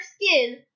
skin